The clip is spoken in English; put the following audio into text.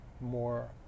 more